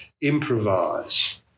improvise